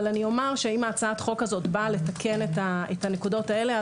אני אומר שאם הצעת החוק הזאת באה לתקן את הנקודות האלה,